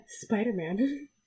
Spider-Man